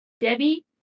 Debbie